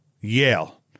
Yale